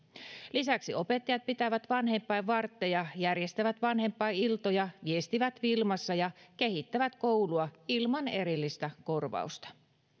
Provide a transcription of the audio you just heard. lisäksi opettajat pitävät vanhempainvartteja järjestävät vanhempainiltoja viestivät wilmassa ja kehittävät koulua ilman erillistä korvausta